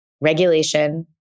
regulation